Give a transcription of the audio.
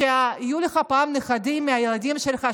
שיהיו לך פעם נכדים מהילדים שלך,